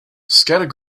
scattered